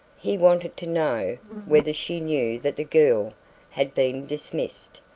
he wanted to know whether she knew that the girl had been dismissed,